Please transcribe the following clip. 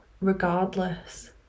regardless